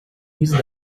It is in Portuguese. lhes